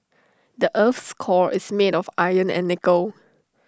the Earth's core is made of iron and nickel